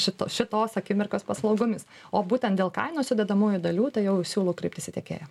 šito šitos akimirkos paslaugomis o būtent dėl kainos sudedamųjų dalių tai jau siūlau kreiptis į tiekėją